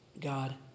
God